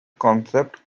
concept